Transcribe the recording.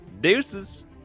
Deuces